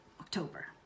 October